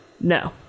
no